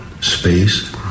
space